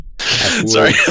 sorry